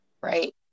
right